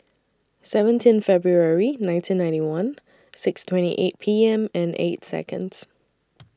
seventeen February nineteen ninety one six twenty eight P M and eight Seconds